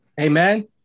Amen